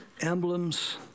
emblems